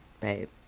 babe